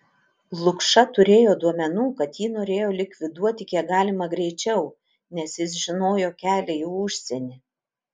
lukša turėjo duomenų kad jį norėjo likviduoti kiek galima greičiau nes jis žinojo kelią į užsienį